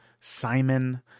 Simon